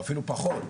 או אפילו פחות.